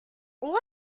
all